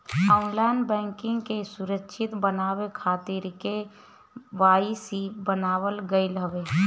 online banking के सुरक्षित बनावे खातिर के.वाई.सी बनावल गईल हवे